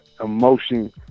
emotion